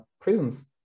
prisons